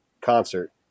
concert